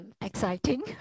exciting